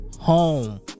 home